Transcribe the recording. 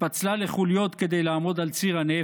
התפצלה לחוליות כדי לעמוד על ציר הנפט,